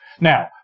Now